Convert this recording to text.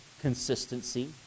Consistency